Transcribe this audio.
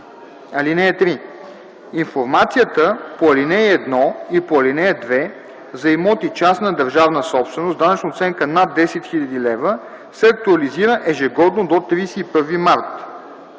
„(3) Информацията по ал. 1 и по ал. 2 - за имоти - частна държавна собственост с данъчна оценка над 10 000 лв., се актуализира ежегодно до 31 март.”;